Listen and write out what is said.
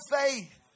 faith